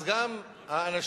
אז גם האנשים,